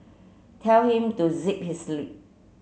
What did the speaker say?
tell him to zip his lip